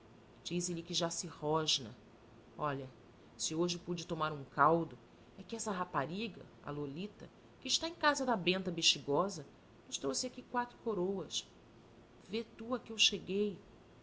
godinho dize-lhe que já se rosna olha se hoje pude tomar um caldo é que essa rapariga a lolita que está em casa da benta bexigosa nos trouxe aí quatro coroas vê tu a que eu cheguei